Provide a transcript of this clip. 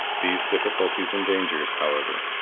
these difficulties and dangers, however,